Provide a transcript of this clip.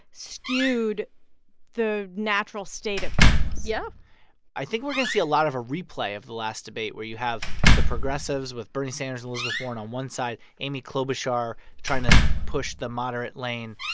skewed the natural state of things yeah i think we're going to see a lot of a replay of the last debate, where you have the progressives with bernie sanders and elizabeth warren on one side, amy klobuchar trying to push the moderate lane.